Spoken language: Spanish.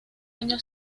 año